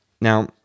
now